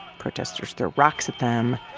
protesters throw rocks at them.